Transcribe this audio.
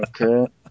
Okay